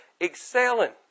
excelling